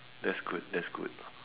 that's good that's good